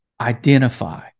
identify